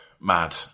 mad